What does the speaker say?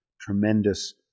tremendous